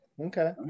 Okay